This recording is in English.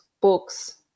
books